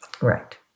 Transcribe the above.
Right